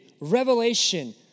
revelation